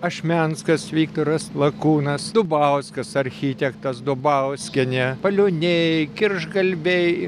ašmenskas viktoras lakūnas dubauskas architektas dubauskienė palioniai kiršgalviai